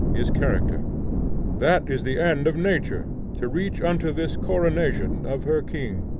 is character that is the end of nature, to reach unto this coronation of her king.